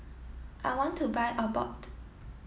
I want to buy Abbott